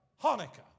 Hanukkah